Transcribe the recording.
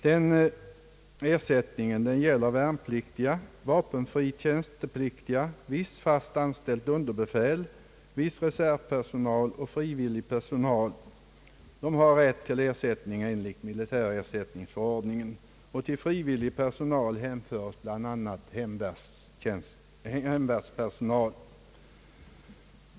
Den ersättningen gäller värnpliktiga, vapenfria tjänstepliktiga, visst fast anställt underbefäl, viss reservpersonal och frivillig personal. Till frivillig personal hänförs bl.a. hemvärnspersonal.